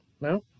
No